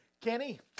Kenny